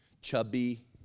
chubby